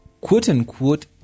quote-unquote